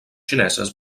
xineses